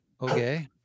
okay